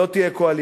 לא תהיה קואליציה.